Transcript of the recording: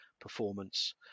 performance